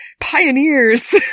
pioneers